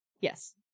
yes